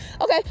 Okay